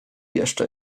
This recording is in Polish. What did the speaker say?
jeszcze